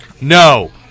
No